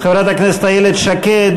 חברת הכנסת איילת שקד,